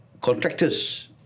contractors